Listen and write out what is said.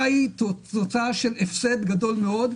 הפסד גדול מאוד.